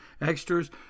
extras